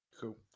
Cool